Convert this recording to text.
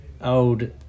old